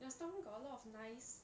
your storeroom got a lot of nice